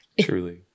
Truly